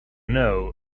know